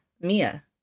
Mia